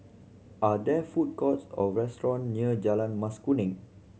are there food courts or restaurant near Jalan Mas Kuning